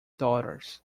daughters